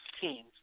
teams